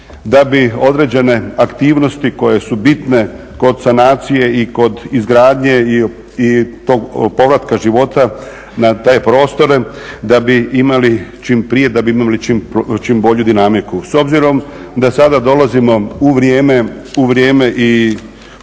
da bi određene aktivnosti koje su bitne kod sanacije i kod izgradnje i povratka života na te prostore, da bi imali čim prije, da bi imali čim bolju dinamiku. S obzirom da sada dolazimo u vrijeme i